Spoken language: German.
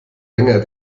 länger